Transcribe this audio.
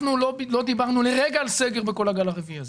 אנחנו לא דיברנו לרגע על סגר בגל הרביעי הזה.